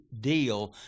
deal